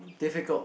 difficult